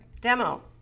demo